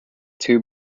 two